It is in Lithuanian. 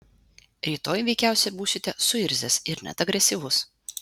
rytoj veikiausiai būsite suirzęs ir net agresyvus